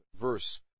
verse